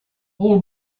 all